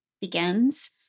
begins